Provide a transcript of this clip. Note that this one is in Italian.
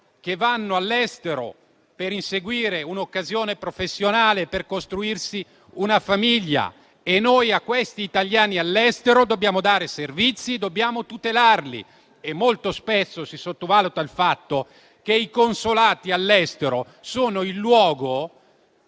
che vanno all'estero per inseguire un'occasione professionale, per costruirsi una famiglia. E noi a questi italiani all'estero dobbiamo dare servizi e dobbiamo tutelarli. Molto spesso si sottovaluta il fatto che i consolati all'estero sono il luogo